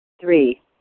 Three